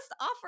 offer